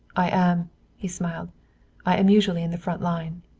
i am he smiled i am usually in the front line.